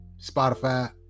Spotify